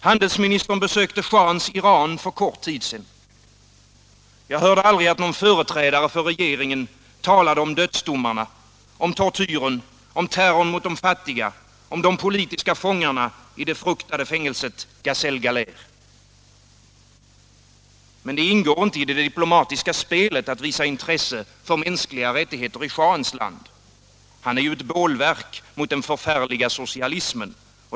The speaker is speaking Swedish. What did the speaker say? Handelsministern besökte schahens Iran för kort tid sedan. Jag hörde aldrig att någon företrädare för regeringen talade om dödsdomarna, tortyren, terrorn mot de fattiga, de politiska fångarna i det fruktade fängelset Gasel Galeh. Men det ingår inte i det diplomatiska spelet att visa intresse för de mänskliga rättigheterna i schahens land. Han är ju ett bålverk mot den förfärliga socialismen.